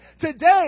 today